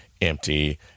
empty